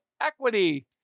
equity